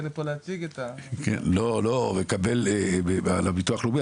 לפה להציג את --- יקבל על הביטוח הלאומי,